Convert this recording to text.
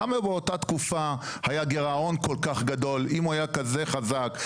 למה באותה תקופה היה גרעון כל כך גדול אם הוא היה כזה חזק,